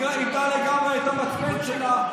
איבדה לגמרי את המצפון שלה,